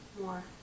more